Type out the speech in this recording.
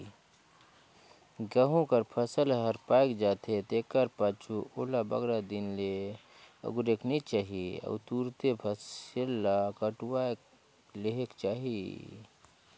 गहूँ कर फसिल हर पाएक जाथे तेकर पाछू ओला बगरा दिन ले अगुरेक नी चाही अउ तुरते फसिल ल कटुवाए लेहेक चाही